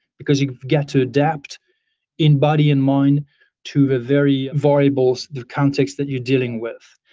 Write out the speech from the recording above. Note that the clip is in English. because you've got to adapt in body and mind to the very variables, the context that you're dealing with.